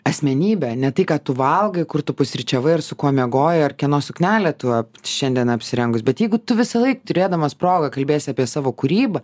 asmenybę ne tai ką tu valgai kur tu pusryčiavai ar su kuo miegojai ar kieno suknelę tu šiandien apsirengus bet jeigu tu visąlaik turėdamas progą kalbėsi apie savo kūrybą